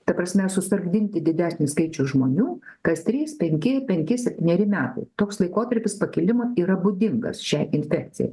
ta prasme susargdinti didesnį skaičių žmonių kas trys penki penki septyneri metai toks laikotarpis pakilimo yra būdingas šiai infekcijai